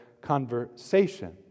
conversation